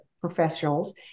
professionals